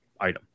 item